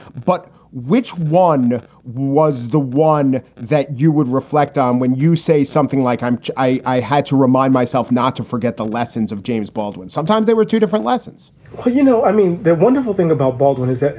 but which one was the one that you would reflect on when you say something like i i had to remind myself not to forget the lessons of james baldwin. sometimes they were two different lessons well, you know, i mean, the wonderful thing about baldwin is that,